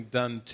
done